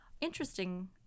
Interesting